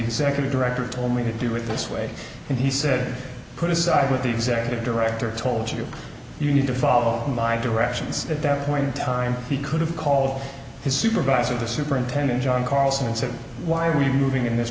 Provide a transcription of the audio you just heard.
executive director told me to do it this way and he said put aside what the executive director told you you need to follow my directions at that point in time he could have call his supervisor the superintendent john carlson and said why are you moving in this